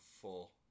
full